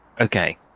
Okay